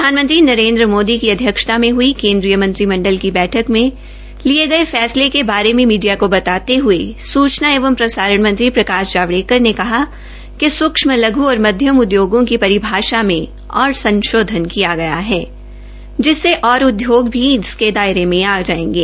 प्रधानमंत्री नरेन्द्र मोदी की अध्यक्षता में हुई केन्द्रीय मंत्रिमंडल की बैठक में लिये गये फैसले के बारे मीडिया को बताते हये सूचना एवं प्रसारण मंत्री प्रकाश जावडेकर ने कहा कि सुक्षम लघ् और मझौले उदयोगों की परिभाषा मे और संशोधन किया गया है जिससे और उद्योग भी इसके दायरे में आ जायेंगे